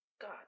God